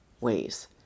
ways